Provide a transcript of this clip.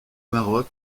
maroc